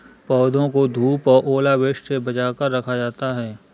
पौधों को धूप और ओलावृष्टि से बचा कर रखा जाता है